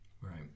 Right